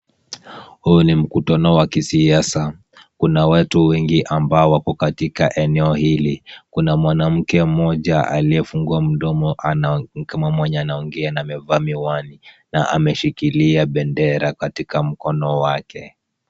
Huu ni mkutano wa kisiasa. Kuna watu wengi ambao wako katika eneo hili. Kuna mwanamke mmoja aliyefungua mdomo ni kama mwenye anaongea na amevaa miwani na ameshikilia bendera katika mkono wake.